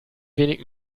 wenig